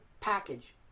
package